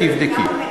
תבדקי.